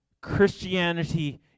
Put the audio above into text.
Christianity